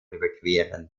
überqueren